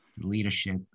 leadership